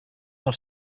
del